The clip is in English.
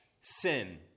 sin